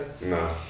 No